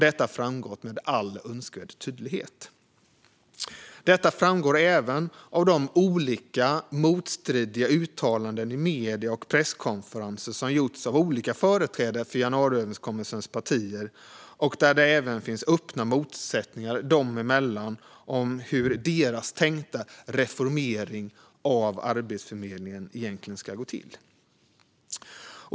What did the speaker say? Detta framgår även av alla de olika motstridiga uttalandena i medierna och vid presskonferenser som olika företrädare för januariöverenskommelsens partier har gjort. Det finns även öppna motsättningar dem emellan om hur deras tänkta reformering av Arbetsförmedlingen egentligen ska gå till.